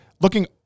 looking